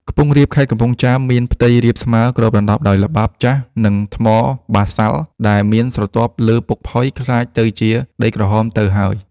ខ្ពង់រាបខេត្តកំពង់ចាមមានផ្ទៃរាបស្មើ គ្របដណ្តប់ដោយល្បាប់ ចាស់ និងថ្មបាសាល់ ដែលមានស្រទាប់លើពុកផុយ ក្លាយទៅជាដីក្រហមទៅ ហើយ ។